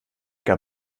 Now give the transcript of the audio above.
gab